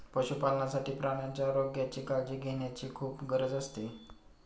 पशुपालनासाठी प्राण्यांच्या आरोग्याची काळजी घेण्याची खूप गरज असते